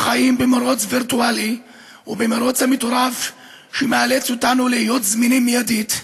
החיים במרוץ וירטואלי ובמרוץ המטורף שמאלץ אותנו להיות זמינים מיידית,